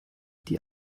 die